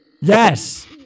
Yes